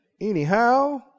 anyhow